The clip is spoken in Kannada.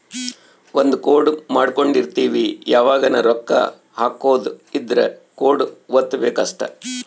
ಒಂದ ಕೋಡ್ ಮಾಡ್ಕೊಂಡಿರ್ತಿವಿ ಯಾವಗನ ರೊಕ್ಕ ಹಕೊದ್ ಇದ್ರ ಕೋಡ್ ವತ್ತಬೆಕ್ ಅಷ್ಟ